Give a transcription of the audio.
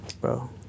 Bro